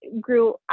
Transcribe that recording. grew